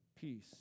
peace